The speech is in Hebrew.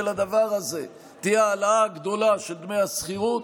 של הדבר הזה תהיה העלאה גדולה של דמי השכירות,